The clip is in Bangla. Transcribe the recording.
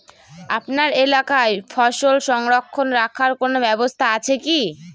আপনার এলাকায় ফসল সংরক্ষণ রাখার কোন ব্যাবস্থা আছে কি?